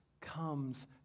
comes